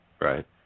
Right